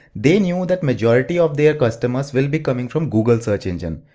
they know that majority of their customers will be coming from google search engine.